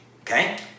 okay